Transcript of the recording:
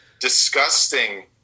disgusting